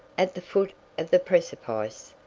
at the foot of the precipice,